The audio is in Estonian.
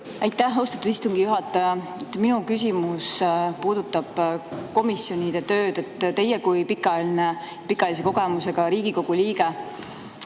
Aitäh, austatud istungi juhataja! Minu küsimus puudutab komisjonide tööd. Teie kui pikaajalise kogemusega Riigikogu liige